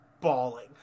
bawling